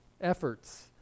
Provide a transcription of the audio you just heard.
efforts